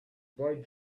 boy